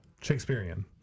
Shakespearean